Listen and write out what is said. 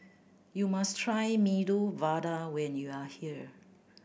you must try Medu Vada when you are here